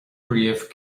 bpríomh